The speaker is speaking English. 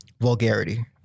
vulgarity